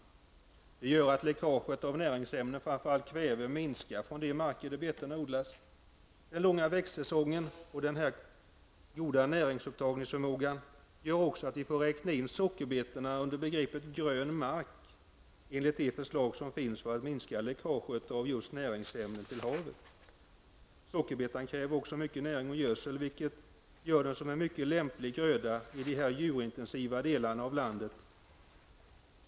Det gör i sin tur att läckaget av näringsämnen, framför allt kväve, minskar från de marker där betorna odlas. Den långa växtsäsongen och den goda näringsupptagningsförmågan gör också att vi får räkna in sockerbetsodlingarna under begreppet grön mark enligt det förslag som finns för att minska läckaget av näringsämnen till havet. Sockerbetan kräver också mycket näring och gödsel, vilket gör den till en mycket lämplig gröda i de här djurintensiva delarna av landet.